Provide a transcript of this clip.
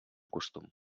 costum